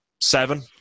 seven